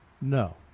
no